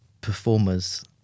performers